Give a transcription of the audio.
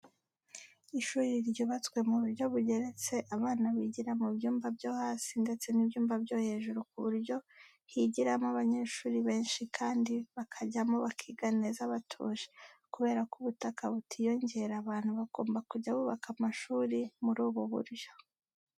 Ishuri ryubatswe mu buryo bugeretse abana bigira mu byumba byo hasi ndetse n'ibyumba byo hejuru ku buryo higiramo abanyeshuri benshi kandi bakajyamo bakiga neza batuje, kubera ko ubutaka butiyongera abantu bagomba kujya bubaka amashuri muri ubu buryo.